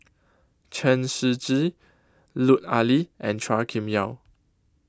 Chen Shiji Lut Ali and Chua Kim Yeow